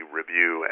review